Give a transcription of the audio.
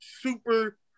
super